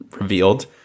revealed